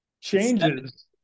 changes